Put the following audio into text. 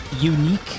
unique